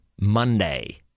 Monday